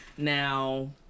Now